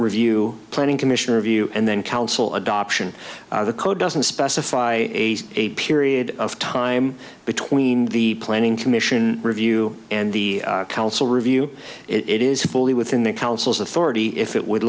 review planning commission review and then council adoption the code doesn't specify a period of time between the planning commission review and the council review it is fully within the council's authority if it would